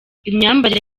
imyambarire